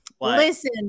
Listen